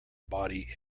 body